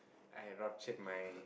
I have ruptured my